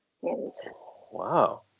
Wow